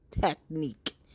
technique